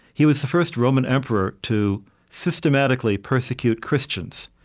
he was the first roman emperor to systematically persecute christians,